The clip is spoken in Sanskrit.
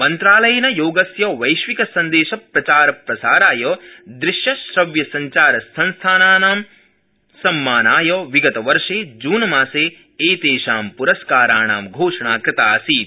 मन्त्रालयेन योगस्य वैश्विकसन्देशप्रचारप्रसाराय दृश्यश्रव्यसंचारसंस्थानानां सम्मानाय विगतवर्षे जुनमासे एतेषां प्रस्काराणा घोषणा कृता आसीत्